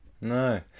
No